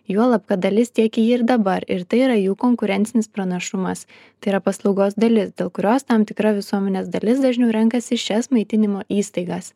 juolab kad dalis tiekia jį ir dabar ir tai yra jų konkurencinis pranašumas tai yra paslaugos dalis dėl kurios tam tikra visuomenės dalis dažniau renkasi šias maitinimo įstaigas